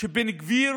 שבן גביר